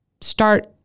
start